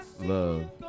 Love